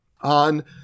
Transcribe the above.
on